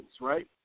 right